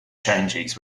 changes